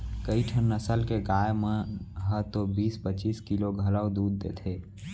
कइठन नसल के गाय मन ह तो बीस पच्चीस किलो घलौ दूद देथे